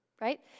right